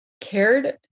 cared